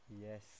Yes